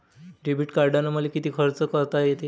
Debit कार्डानं मले किती खर्च करता येते?